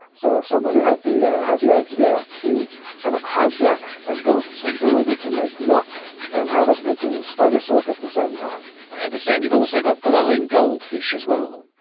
so somebody had the ah had the idea to kind of hijack a goat's ability to make milk and have it making spider silk at the same time. i understand you've also got glowing goldfish as well.